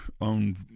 own